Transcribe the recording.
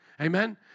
Amen